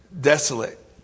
Desolate